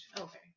Okay